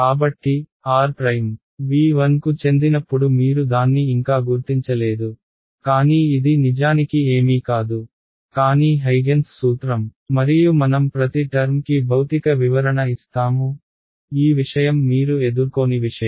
కాబట్టి r V1 కు చెందినప్పుడు మీరు దాన్ని ఇంకా గుర్తించలేదు కానీ ఇది నిజానికి ఏమీ కాదు కానీ హైగెన్స్ సూత్రం Huygens's principle మరియు మనం ప్రతి టర్మ్ కి భౌతిక వివరణ ఇస్తాము ఈ విషయం మీరు ఎదుర్కోని విషయం